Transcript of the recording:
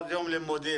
לימודים?